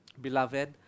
beloved